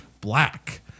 black